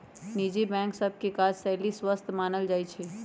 निजी बैंक सभ के काजशैली स्वस्थ मानल जाइ छइ